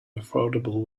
affordable